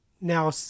now